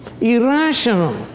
irrational